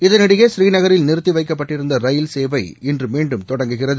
இதனிடையே ஸ்ரீநகரில் நிறுத்தி வைக்கப்பட்டிருந்த ரயில்சேவை இன்று மீண்டும் தொடங்குகிறது